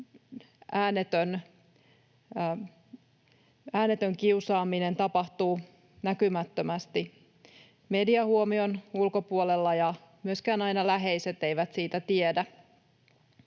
äänetön kiusaaminen, tapahtuu näkymättömästi mediahuomion ulkopuolella, ja myöskään aina läheiset eivät siitä tiedä.